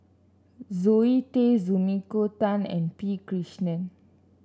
Zoe Tay Sumiko Tan and P Krishnan